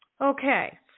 Okay